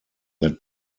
that